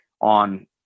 on